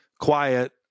quiet